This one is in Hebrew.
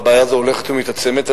הבעיה הזאת הולכת ומתעצמת,